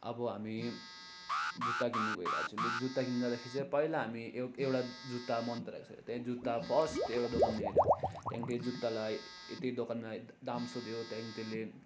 अब हामी जुत्ता किन्नु गइरहेछु लु जुत्ता किन्नु जाँदाखेरि चाहिँ पहिला हामी एक एउटा जुत्ता मन पराएको छ त्यहाँदेखि जुत्ता फर्स्ट दोकानमा हेऱ्यो त्यहाँदेखि त्यो जुत्तालाई ए त्यही दोकानमा दाम सोध्यो त्यहाँदेखि त्यसले